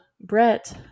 Brett